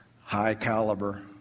high-caliber